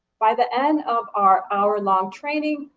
by the end of our hour-long training,